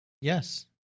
Yes